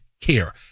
care